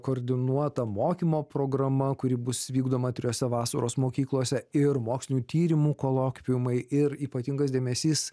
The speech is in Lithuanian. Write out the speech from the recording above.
koordinuota mokymo programa kuri bus vykdoma trijose vasaros mokyklose ir mokslinių tyrimų kolokviumai ir ypatingas dėmesys